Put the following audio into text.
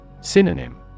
Synonym